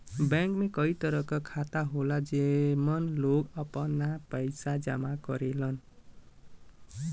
bank में कई तरह क खाता होला जेमन लोग आपन पइसा जमा करेलन